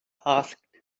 asked